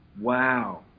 Wow